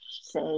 say